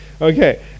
Okay